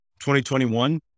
2021